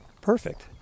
perfect